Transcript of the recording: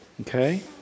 Okay